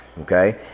okay